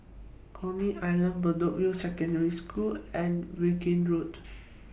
Coney Island Bedok View Secondary School and Vaughan Road